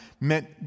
meant